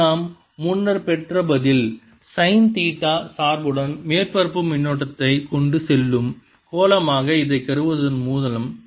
இது நாம் முன்னர் பெற்ற பதில் சைன் தீட்டா சார்புடன் மேற்பரப்பு மின்னோட்டத்தைக் கொண்டு செல்லும் கோளமாக இதைக் கருதுவதன் மூலம்